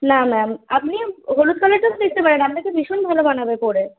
না ম্যাম আপনি হলুদ কালারটাও তো দেখতে পারেন আপনাকে ভীষণ ভালো মানাবে পরে